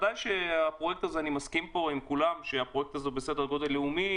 אני מסכים שזה פרויקט בסדר גודל לאומי